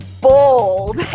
bold